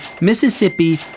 Mississippi